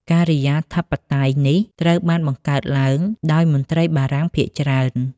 ការិយាធិបតេយ្យនេះត្រូវបានបង្កើតឡើងដោយមន្ត្រីបារាំងភាគច្រើន។